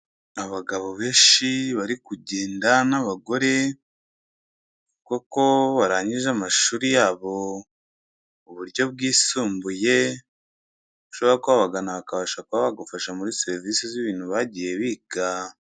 Abagabo benshi bari kugenda n'abagore, kuko barangije amashuri yabo, uburyo bwisumbuye ushobora kuba wabagana bakabasha kuba bagufasha muri serivisi z'ibintu bagiye biga.